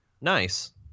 Nice